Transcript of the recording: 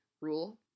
rule